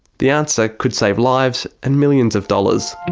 the answer could save lives and millions of dollars.